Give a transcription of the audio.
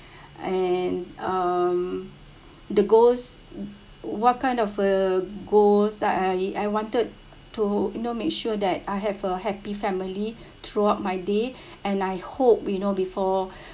and um the goals what kind of a goals I I I wanted to you know make sure that I have a happy family throughout my day and I hope you know before